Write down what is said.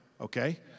Okay